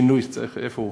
לשינוי, איפה הוא?